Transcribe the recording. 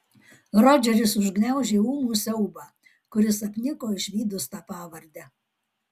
rodžeris užgniaužė ūmų siaubą kuris apniko išvydus tą pavardę